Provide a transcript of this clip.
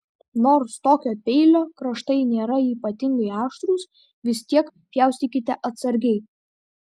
nors tokio peilio kraštai nėra ypatingai aštrūs vis tiek pjaustykite atsargiai